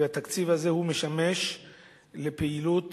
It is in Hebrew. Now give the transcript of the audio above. התקציב הזה משמש לפעילות